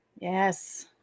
Yes